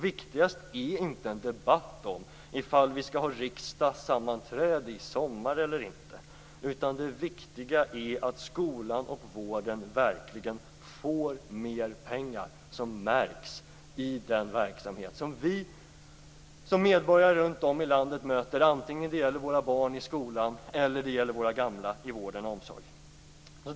Viktigast är inte en debatt om vi skall ha riksdagssammanträde i sommar eller inte, utan det viktiga är att skolan och vården verkligen får mera pengar som märks i den verksamhet som vi som medborgare runt om i landet möter vare sig det gäller våra barn i skolan eller det gäller våra gamla i vården och omsorgen.